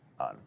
on